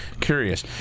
curious